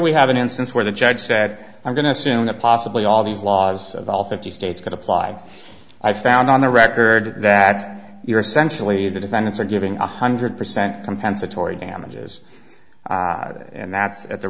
we have an instance where the judge said i'm going to assume that possibly all these laws of all fifty states could apply i found on the record that you're essentially the defendants are giving one hundred percent compensatory damages and that's at the